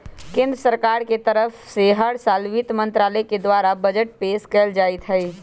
केन्द्र सरकार के तरफ से हर साल वित्त मन्त्रालय के द्वारा बजट पेश कइल जाईत हई